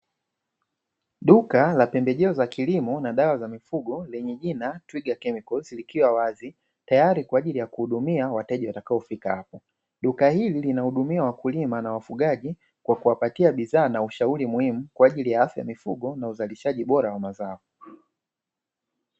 Duka la pembejeo za kilimo na dawa za mifugo lenye jina "TWIGA CHEMICALS" likiwa wazi. Tayari kwa ajili ya kuhudumia wateja watakaofika hapo. Duka hili linahudumia wakulima na wafugaji kwa kuwapatia bidhaa na ushauri muhimu kwa ajili ya afya ya mifugo na uzalishaji bora wa mazao.